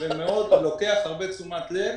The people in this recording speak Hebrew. ולוקח הרבה תשומת לב,